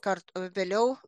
kart vėliau